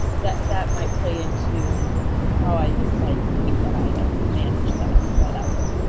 that that might play into how i decide to keep that item and manage that that item.